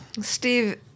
Steve